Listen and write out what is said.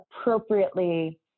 appropriately